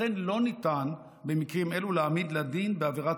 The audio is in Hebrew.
לכן לא ניתן במקרים אלו להעמיד לדין בעבירת